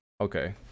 Okay